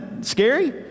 Scary